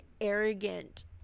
arrogant